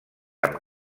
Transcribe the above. amb